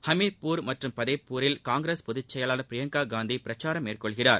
ஹமீர்பூர் மற்றும் பத்தேபூரில் காங்கிரஸ் பொதுசெயலாளர் பிரியங்கா காந்தி பிர்ச்சாரம் மேற்கொள்கிறார்